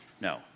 No